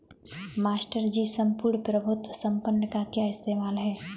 Master ji सम्पूर्ण प्रभुत्व संपन्न का क्या इस्तेमाल है?